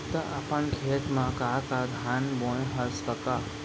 त अपन खेत म का का धान बोंए हस कका?